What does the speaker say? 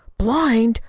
blind?